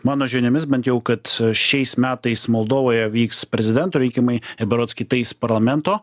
mano žiniomis bent jau kad šiais metais moldovoje vyks prezidento rinkimai ir berods kitais parlamento